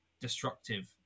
destructive